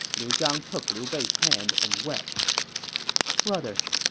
liu zhang took liu bei's hand and wept brother,